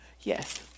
yes